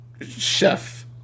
chef